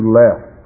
left